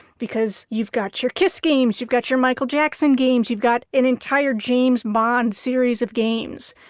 because you've got your kiss games, you've got your michael jackson games. you've got an entire james bond series of games.